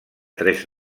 tres